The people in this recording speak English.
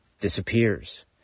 disappears